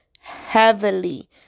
heavily